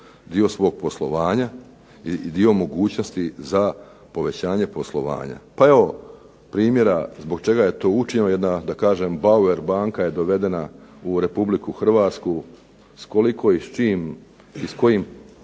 dio svog poslovanja i dio mogućnosti za povećanje poslovanja. Pa evo primjera zbog čega je to učinjeno, jedna da kažem Bauer banka je dovedena u Republiku Hrvatsku. S koliko i s čim i s kojim